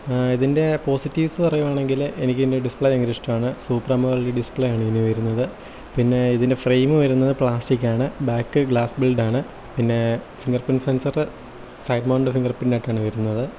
ഇതിന്റെ പോസിറ്റീവ്സ് പറയുവാണെങ്കിൽ എനിക്ക് ഇതിൻ്റെ ഡിസ്പ്ലേ ഭയങ്കര ഇഷ്ടമാണ് സൂപ്പർ ആമോലെഡ് ഡിസ്പ്ലേ ആണ് ഇതിനുവരുന്നത് പിന്നെ ഇതിന്റെ ഫ്രെയിം വരുന്നത് പ്ലാസ്റ്റിക്ക് ആണ് ബാക്ക് ഗ്ലാസ് ബിൽഡ് ആണ് പിന്നെ fingerprint sensor side mount fingerprint ആയിട്ടാണ് വരുന്നത്